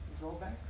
drawbacks